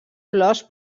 flors